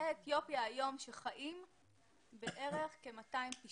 יוצאי אתיופיה היום שחיים, בערך כ-290.